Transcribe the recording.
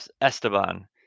Esteban